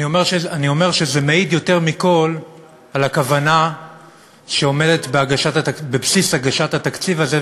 אני אומר שזה מעיד יותר מכול על הכוונה שעומדת בבסיס הגשת התקציב הזה,